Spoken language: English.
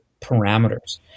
parameters